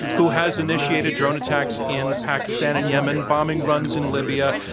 who has initiated drone attacks in pakistan and yemen, bombing runs in libya,